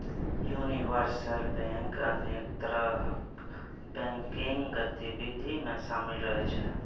universal bank अनेक तरहक banking गतिविधि मे शामिल रहै छै